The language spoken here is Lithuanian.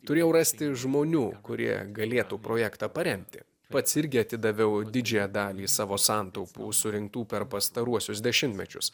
turėjau rasti žmonių kurie galėtų projektą paremti pats irgi atidaviau didžiąją dalį savo santaupų surinktų per pastaruosius dešimtmečius